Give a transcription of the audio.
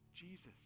Jesus